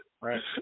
Right